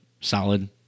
solid